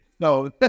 No